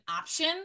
option